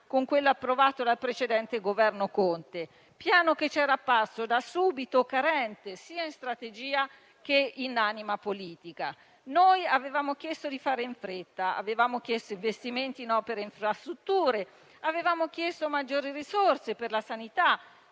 con quello approvato dal precedente Governo Conte, che ci era invece apparso da subito carente sia in strategia sia in anima politica. Avevamo chiesto di fare in fretta e che vi fossero investimenti in opere e infrastrutture, nonché maggiori risorse per la sanità